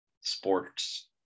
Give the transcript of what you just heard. sports